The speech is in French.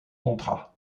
contrat